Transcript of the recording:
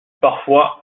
parfois